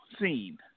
seen